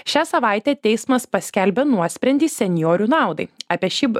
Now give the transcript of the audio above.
šią savaitę teismas paskelbė nuosprendį senjorių naudai apie šį